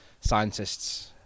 scientists